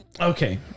Okay